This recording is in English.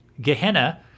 Gehenna